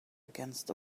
against